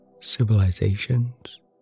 civilizations